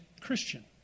Christian